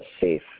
safe